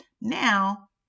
now